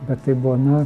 bet tai buvo na